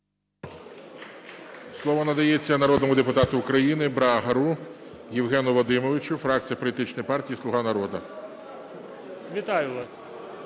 Слово надається народному депутату України Брагару Євгену Вадимовичу, фракція політичної партії "Слуга народу". 14:21:50